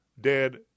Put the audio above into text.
dead